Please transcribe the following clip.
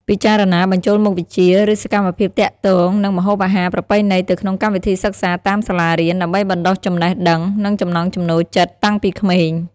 ពិចារណាបញ្ចូលមុខវិជ្ជា ឬសកម្មភាពទាក់ទងនឹងម្ហូបអាហារប្រពៃណីទៅក្នុងកម្មវិធីសិក្សាតាមសាលារៀន ដើម្បីបណ្ដុះចំណេះដឹង និងចំណង់ចំណូលចិត្តតាំងពីក្មេង។